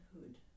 Hood